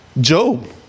Job